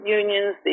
unions